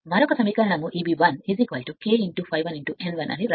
మరొక సమీకరణం Eb 1 K ∅ ∅1 n 1